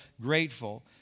grateful